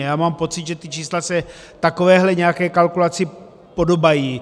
A já mám pocit, že ta čísla se takovéhle nějaké kalkulaci podobají.